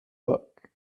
book